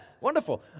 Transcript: Wonderful